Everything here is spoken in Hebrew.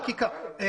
אין צורך בחקיקה,